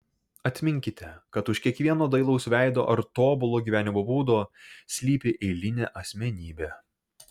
atminkite kad už kiekvieno dailaus veido ar tobulo gyvenimo būdo slypi eilinė asmenybė